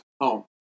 home